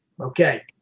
okay